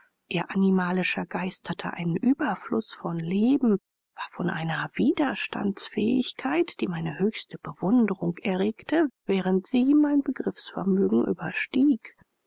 ihr animalischer geist hatte einen überfluß von leben war von einer widerstandsfähigkeit die meine höchste verwunderung erregte während sie mein begriffsvermögen überstieg